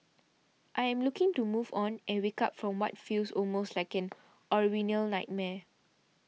I am looking to move on and wake up from what feels almost like an Orwellian nightmare